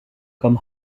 comme